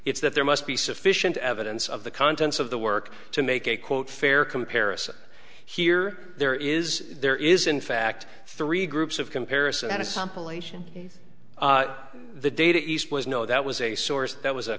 it's that there must be sufficient evidence of the contents of the work to make a quote fair comparison here there is there is in fact three groups of comparison an example ation the data east was no that was a source that was a